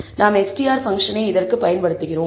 நாம் str பங்க்ஷனை இதற்கு பயன்படுத்துகிறோம்